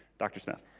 dr. smith.